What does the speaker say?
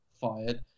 fired